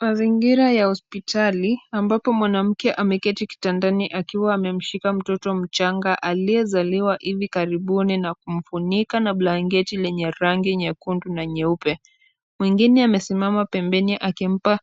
Mazingira ya hospitali, ambapo mwanamke ameketi kitandani akiwa amemshika mtoto mchanga aliyezaliwa hivi karibuni na kumfunika na blanketi yenye rangi nyekundu na nyeupe na mwengine amesimama pembeni akimpa